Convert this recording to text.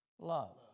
love